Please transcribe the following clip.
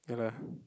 ya lah